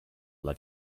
alla